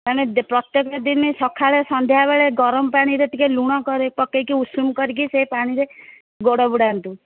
ମାନେ ପ୍ରତ୍ୟେକ ଦିନ ସକାଳ ସନ୍ଧ୍ୟାବେଳେ ଗରମ ପାଣିରେ ଟିକେ ଲୁଣ କରି ପକେଇ କି ଉଷୁମ କରିକି ସେ ପାଣିରେ ଗୋଡ଼ ବୁଡ଼ାନ୍ତୁ